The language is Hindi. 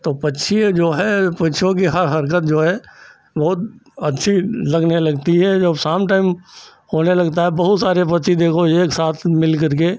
तो पक्षी जो है पक्षियों की हर हरकत जो है वह अच्छी लगने लगती है और शाम टाइम होने लगता है और बहुत सारे पक्षी देखो एक साथ मिल करके